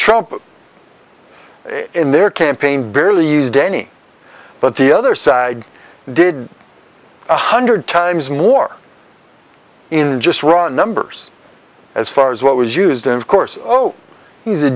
trump in their campaign barely used any but the other side did one hundred times more in just raw numbers as far as what was used and of course oh he's a